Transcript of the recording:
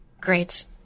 Great